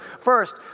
first